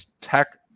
tech